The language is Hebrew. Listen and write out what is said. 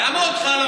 למה אותך לא מדיחים?